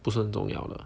不是很重要的啦